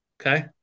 Okay